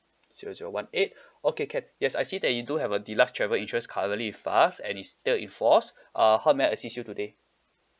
zero zero one eight okay can yes I see that you do have a deluxe travel insurance currently with us and it's still in force err how may I assist you today